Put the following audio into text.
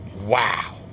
wow